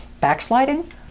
backsliding